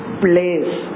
place